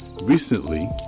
Recently